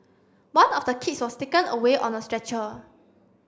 one of the kids was taken away on a stretcher